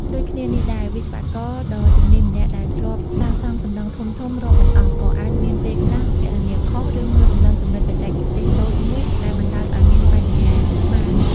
ដូចគ្នានេះដែរ វិស្វករដ៏ជំនាញម្នាក់ដែលធ្លាប់សាងសង់សំណង់ធំៗរាប់មិនអស់ ក៏អាចមានពេលខ្លះគណនាខុស ឬមើលរំលងចំណុចបច្ចេកទេសតូចមួយដែលបណ្ដាលឱ្យមានបញ្ហាបាន។